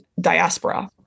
diaspora